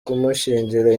kumushyingira